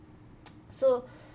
so